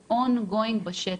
להם on going בשטח,